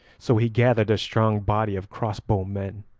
so he gathered a strong body of crossbow-men,